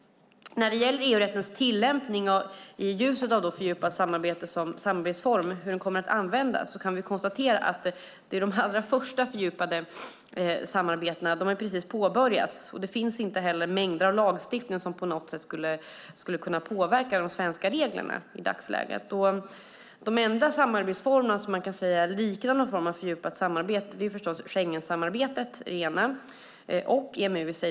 När det gäller EU-rättens tillämpning, i ljuset av hur fördjupat samarbete som samarbetsform kommer att användas, kan vi konstatera att de allra första fördjupade samarbetena precis har påbörjats. Det finns inte heller mängder av lagstiftningar som på något sätt skulle kunna påverka de svenska reglerna i dagsläget. De enda samarbetsformer som man kan säga liknar ett fördjupat samarbete är förstås Schengen och EMU.